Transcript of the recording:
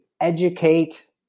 educate